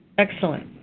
excellent.